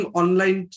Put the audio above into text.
online